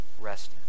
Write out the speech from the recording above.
rest